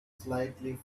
slightly